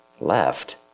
left